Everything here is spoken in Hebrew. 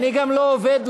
אני גם לא עובד,